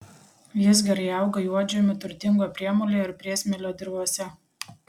jis gerai auga juodžemiu turtingo priemolio ir priesmėlio dirvose